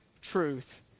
truth